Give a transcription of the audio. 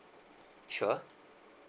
sure